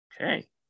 Okay